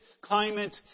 climate